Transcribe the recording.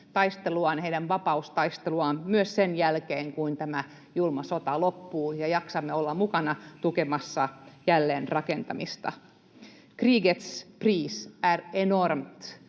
taisteluaan, heidän vapaustaisteluaan, myös sen jälkeen, kun tämä julma sota loppuu, ja jaksamme olla mukana tukemassa jälleenrakentamista. Krigets pris är enormt.